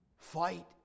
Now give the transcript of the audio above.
Fight